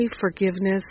Forgiveness